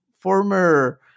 former